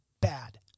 bad